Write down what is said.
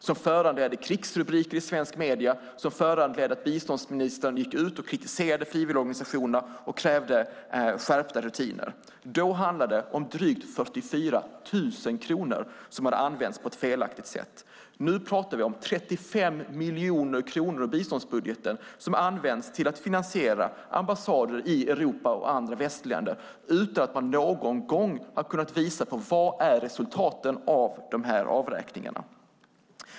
Det föranledde krigsrubriker i svenska medier och innebar att biståndsministern gick ut och kritiserade frivilligorganisationerna och krävde skärpta rutiner. Då handlade det om drygt 44 000 kronor som hade använts på ett felaktigt sätt. Nu talar vi om 35 miljoner kronor ur biståndsbudgeten som används till att finansiera ambassader i Europa och andra västländer utan att man någon enda gång kunnat visa på resultaten av dessa avräkningar.